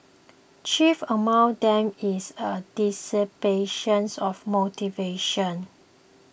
chief among them is a dissipation of motivation